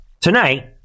tonight